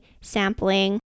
sampling